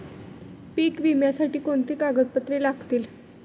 पीक विम्यासाठी कोणती कागदपत्रे लागतील?